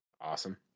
Awesome